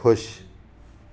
खु़शि